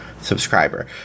subscriber